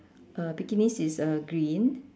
uh bikinis is uh green